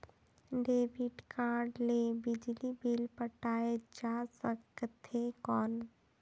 Debit card ले बिजली bill पटाय जा सकथे कौन?